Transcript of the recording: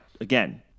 again